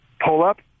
pull-up